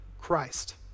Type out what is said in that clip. Christ